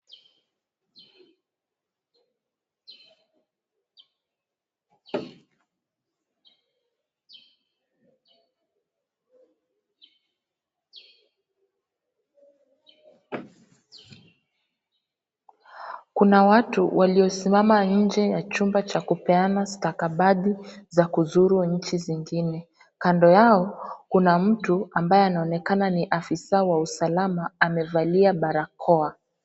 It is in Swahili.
Kuna watu waliosimama nje ya chumba cha kupeana stakabadhi za kuzuru nchi zingine. Kando yao kuna mtu ambaye anaonekana ni afisa wa usalama amevalia barakoa.